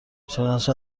چنانچه